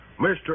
Mr